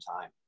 time